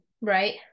right